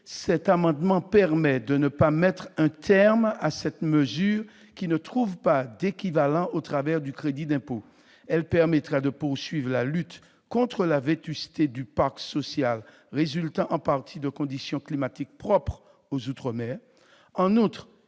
cet amendement permet de ne pas mettre un terme à cette mesure, qui ne trouve pas d'équivalent au travers du crédit d'impôt. Elle permettra de poursuivre la lutte contre la vétusté du parc social, résultant en partie de conditions climatiques propres aux outre-mer. En outre,